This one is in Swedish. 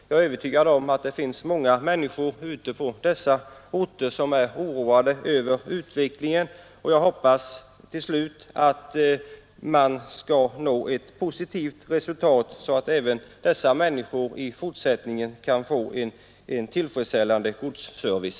Jag är övertygad om att det finns många människor på dessa orter som är oroade över utvecklingen. Jag hoppas att man skall nå ett positivt resultat, så att även dessa människor i fortsättningen kan få en tillfredsställande godsservice.